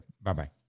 Bye-bye